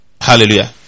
Hallelujah